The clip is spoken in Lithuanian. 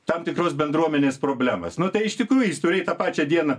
tam tikros bendruomenės problemas nu tai iš tikrųjų jis turi tą pačią dieną